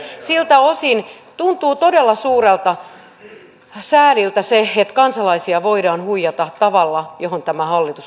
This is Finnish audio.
siltä osin tuntuu todella suurelta sääliltä se että kansalaisia voidaan huijata tavalla johon tämä hallitus on lähtenyt